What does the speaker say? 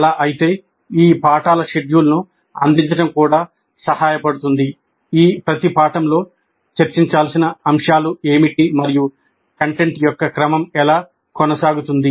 అలా అయితే ఈ పాఠాల షెడ్యూల్ను అందించడం కూడా సహాయపడుతుంది ఈ ప్రతి పాఠంలో చర్చించాల్సిన అంశాలు ఏమిటి మరియు కంటెంట్ యొక్క క్రమం ఎలా కొనసాగుతుంది